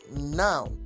now